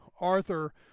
Arthur